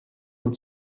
man